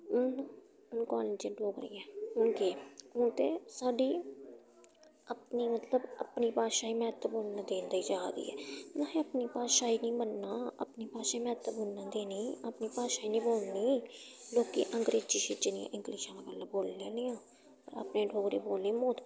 हून हून कालज च डोगरी ऐ हून केह् हून ते साढ़ी अपनी मतलब अपनी भाशा गी म्हत्तवपूर्णता दिंदे जा'रदी ऐ हून असें अपनी भाशा गी निं मन्नना अपनी भाशा गी म्हत्तवपूर्णता देनी अपनी भाशा गै निं बोलनी लोकें अंग्रेजी शंग्रेजी इंग्लिशां मतलब बोल्ली लैनियां पर अपनी डोगरी बोलने च मौत पौंदी ऐ